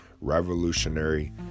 revolutionary